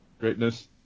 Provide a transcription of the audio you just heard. Greatness